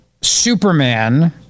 Superman